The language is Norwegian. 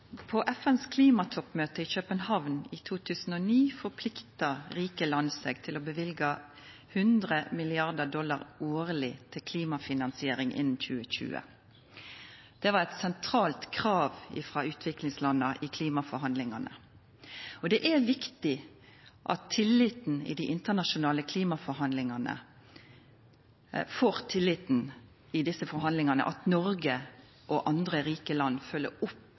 På FNs klimatoppmøte i København i 2009 forplikta rike land seg til å løyva 100 mrd. dollar årleg til klimafinansiering innan 2020. Det var eit sentralt krav frå utviklingslanda i klimaforhandlingane, og det er viktig for tilliten i desse forhandlingane at Noreg og andre rike land følgjer opp